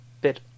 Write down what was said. bit